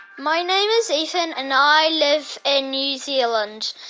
my name is ethan, and i live in new zealand.